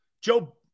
Joe